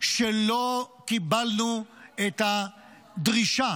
שלא קיבלנו את הדרישה